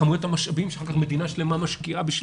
כמויות המשאבים שאחר כך מדינה שלמה משקיעה בשביל